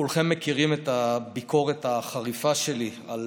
כולכם מכירים את הביקורת החריפה שלי על